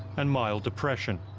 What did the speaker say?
and mild depression.